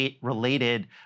related